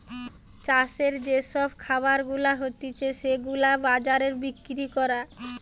চাষের যে সব খাবার গুলা হতিছে সেগুলাকে বাজারে বিক্রি করা